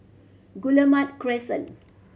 Guillemard Crescent